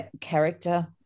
character